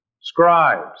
Scribes